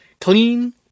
clean